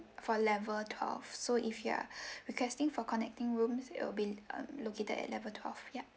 for level twelve so if you're requesting for connecting rooms it'll be um located at level twelve ya